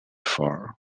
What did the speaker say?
for